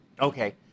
Okay